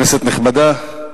כנסת נכבדה,